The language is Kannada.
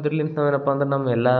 ಇದರ್ಲಿಂತ ಅಂದ್ರ ನಮ್ಮೆಲ್ಲಾ